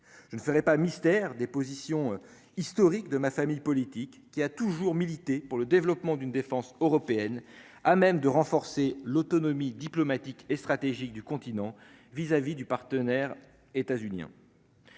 je ne ferai pas mystère des positions historiques de ma famille politique qui a toujours milité pour le développement d'une défense européenne à même de renforcer l'autonomie diplomatique et stratégique du continent vis-à-vis du partenaire états-uniens.